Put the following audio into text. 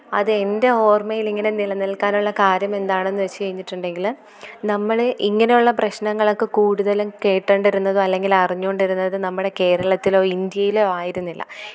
അത് എന്റെ ഓര്മയിൽ ഇങ്ങനെ നിലനില്ക്കാന്നുള്ള കാര്യമെന്താണെന്ന് വെച്ച് കഴിഞ്ഞിട്ടുണ്ടെങ്കിൽ നമ്മൾ ഇങ്ങനെ ഉള്ള പ്രശ്നങ്ങളൊക്കെ കൂടുതലും കേട്ടുകൊണ്ടിരുന്നതോ അല്ലെങ്കിൽ അറിഞ്ഞുകൊണ്ടിരുന്നതും നമ്മുടെ കേരളത്തിലോ ഇന്ഡ്യയിലോ ആയിരുന്നില്ല